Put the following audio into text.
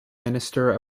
minister